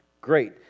great